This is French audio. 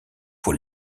pour